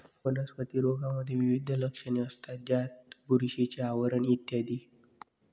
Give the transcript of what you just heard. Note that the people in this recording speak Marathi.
वनस्पती रोगांमध्ये विविध लक्षणे असतात, ज्यात बुरशीचे आवरण इ